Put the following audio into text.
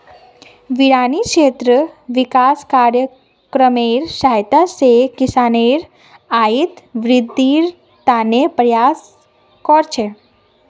बारानी क्षेत्र विकास कार्यक्रमेर सहायता स किसानेर आइत वृद्धिर त न प्रयास कर छेक